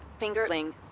fingerling